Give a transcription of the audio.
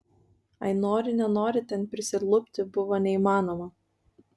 ai nori nenori ten prisilupti buvo neįmanoma